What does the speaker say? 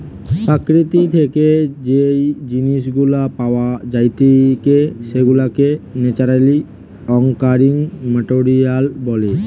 প্রকৃতি থেকে যেই জিনিস গুলা পাওয়া জাতিকে সেগুলাকে ন্যাচারালি অকারিং মেটেরিয়াল বলে